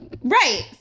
Right